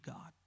God